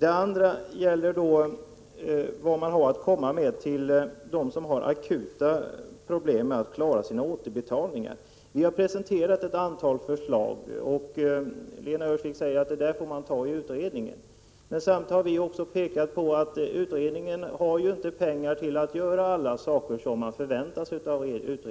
Vad har man vidare att komma med till dem som har akuta problem med att klara sina återbetalningar? Vi har presenterat ett antal förslag. Lena Öhrsvik säger att dessa får prövas i utredningen. Samtidigt har vi pekat på att de pengar som utredningens förslag får kosta inte räcker för att utredningen skall kunna göra allt det som man förväntar sig av